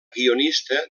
guionista